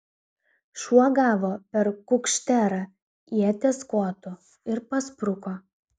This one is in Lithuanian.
šuo gavo per kukšterą ieties kotu ir paspruko